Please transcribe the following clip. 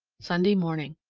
sunday morning.